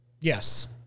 yes